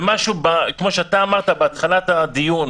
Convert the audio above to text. וכמו שאמרת בתחילת הדיון,